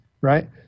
right